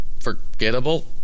forgettable